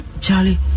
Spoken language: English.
Charlie